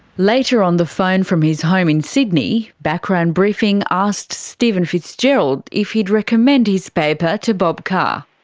later on the phone from his home in sydney, background briefing asked stephen fitzgerald if he'd recommend his paper to bob carr.